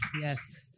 Yes